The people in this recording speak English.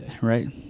right